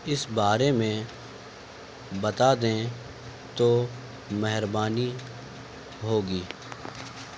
اس بارے میں بتا دیں تو مہربانی ہوگی